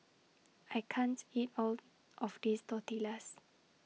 I can't eat All of This Tortillas